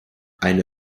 eine